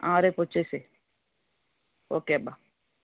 రేపు వచ్చేసేయి ఓకే అబ్బా